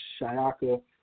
shayaka